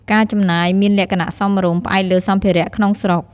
ការចំណាយមានលក្ខណៈសមរម្យ ផ្អែកលើសម្ភារៈក្នុងស្រុក។